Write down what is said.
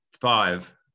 five